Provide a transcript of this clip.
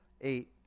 eight